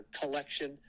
collection